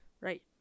Right